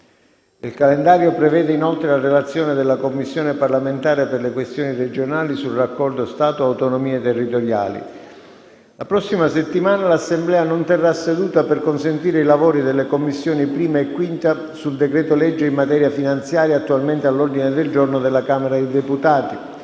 Il calendario prevede inoltre la relazione della Commissione parlamentare per le questioni regionali sul raccordo Stato-Autonomie territoriali. La prossima settimana l’Assemblea non terrà seduta per consentire i lavori delle Commissioni 1[a] e 5[a] sul decreto-legge in materia finanziaria attualmente all’ordine del giorno della Camera dei deputati.